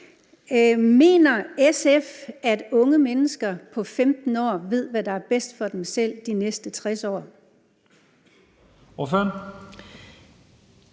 Mener SF, at unge mennesker på 15 år ved, hvad der er bedst for dem selv de næste 60 år? Kl.